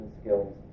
skills